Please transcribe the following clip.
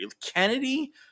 Kennedy